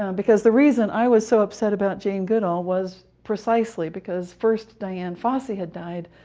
um because the reason i was so upset about jane goodall was precisely because first diane fossey had died,